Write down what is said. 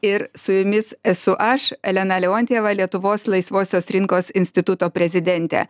ir su jumis esu aš elena leontjeva lietuvos laisvosios rinkos instituto prezidentė